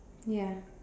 ya